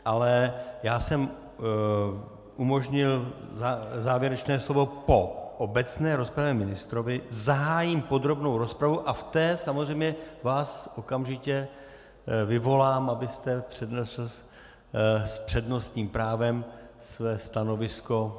Ale já jsem umožnil závěrečné slovo po obecné rozpravě ministrovi, zahájím podrobnou rozpravu a v té samozřejmě vás okamžitě vyvolám, abyste přednesl s přednostním právem své stanovisko.